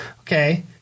Okay